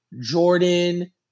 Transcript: Jordan